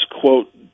quote